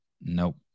nope